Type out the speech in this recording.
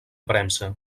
premsa